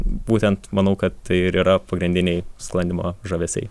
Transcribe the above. būtent manau kad tai ir yra pagrindiniai sklandymo žavesiai